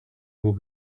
will